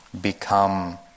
become